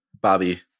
Bobby